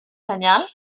senyal